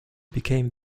became